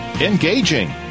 engaging